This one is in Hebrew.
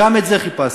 גם את זה חיפשתי.